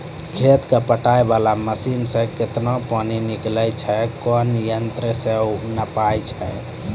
खेत कऽ पटाय वाला मसीन से केतना पानी निकलैय छै कोन यंत्र से नपाय छै